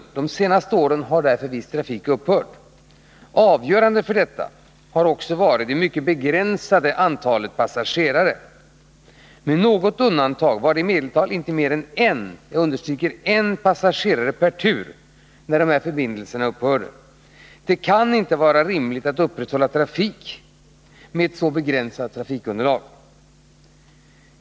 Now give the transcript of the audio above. Under de senaste åren har därför viss trafik upphört. Avgörande för detta ställningstagande har också varit det mycket begränsade trafikunderlaget. Med något undantag var det i medeltal inte mer än en — jag understryker en — passagerare per tur när förbindelserna upphörde. Det kan inte vara rimligt att upprätthålla trafik med ett så begränsat trafikunderlag.